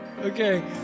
okay